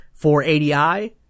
480i